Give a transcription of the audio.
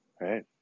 Right